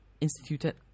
instituted